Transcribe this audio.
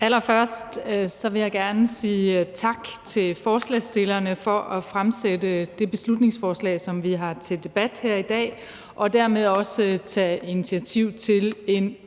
Allerførst vil jeg gerne sige tak til forslagsstillerne for at fremsætte det beslutningsforslag, som vi har til debat her i dag, og dermed også tage initiativ til en